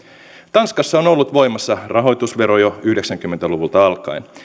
tanskassa on ollut voimassa rahoitusvero jo yhdeksänkymmentä luvulta alkaen